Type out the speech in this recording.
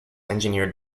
engineered